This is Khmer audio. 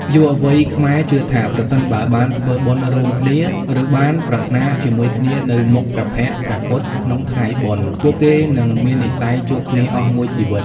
យុវវ័យខ្មែរជឿថា ប្រសិនបើបានធ្វើបុណ្យរួមគ្នា ឬបានប្រាថ្នាជាមួយគ្នានៅមុខព្រះភក្ត្រព្រះពុទ្ធក្នុងថ្ងៃបុណ្យ ពួកគេនឹងមាននិស្ស័យជួបគ្នាអស់មួយជីវិត។